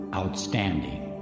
outstanding